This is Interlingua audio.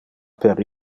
per